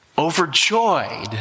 overjoyed